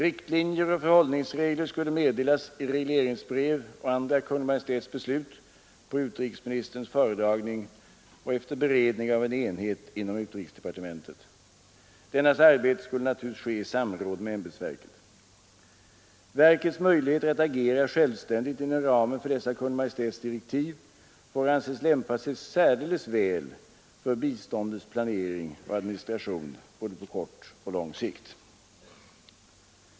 Riktlinjer och förhållningsregler skulle meddelas i regleringsbrev och andra Kungl. Maj:ts beslut på utrikesministerns föredragning och efter beredning av en enhet inom utrikesdepartementet. Dennas arbete skulle naturligtvis ske i samråd med ämbetsverket. Verkets möjligheter att agera självständigt inom ramen för dessa Kungl. Maj:ts direktiv får anses lämpa sig särdeles väl för biståndets planering och administration på både kort och lång sikt.